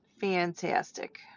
fantastic